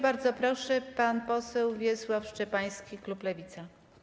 Bardzo proszę, pan poseł Wiesław Szczepański, klub Lewica.